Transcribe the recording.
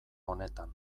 honetan